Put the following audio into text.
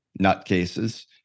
nutcases